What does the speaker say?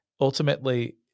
ultimately